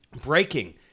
breaking